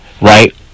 right